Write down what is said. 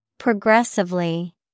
Progressively